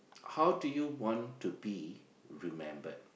how do you want to be remembered